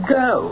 go